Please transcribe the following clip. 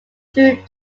through